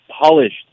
polished